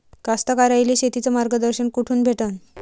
कास्तकाराइले शेतीचं मार्गदर्शन कुठून भेटन?